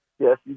Yes